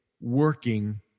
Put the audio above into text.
working